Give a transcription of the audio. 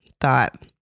thought